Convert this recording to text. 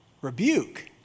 rebuke